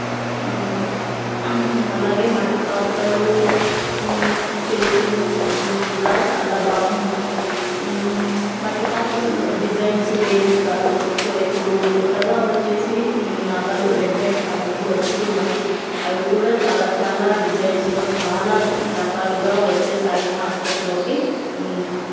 అలాగే మట్టి పాత్రలు చేసే కూడా చాలా బాగుంటాయి మట్టి పాత్రల్లో డిజైన్స్ వేస్తారు సో ఇప్పుడు క్రొత్తగా వచ్చేసి నగలు రెడీమేడ్ నగలు దొరుకుతున్నాయి అవి కూడా చాలా చాలా డిజైన్స్లో చాలా రకాలుగా వచ్చేసాయి మార్కెట్లోకి